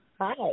Hi